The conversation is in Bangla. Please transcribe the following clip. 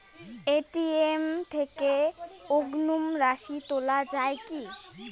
এ.টি.এম থেকে অযুগ্ম রাশি তোলা য়ায় কি?